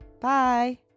Bye